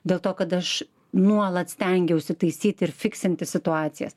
dėl to kad aš nuolat stengiausi taisyti ir fiksinti situacijas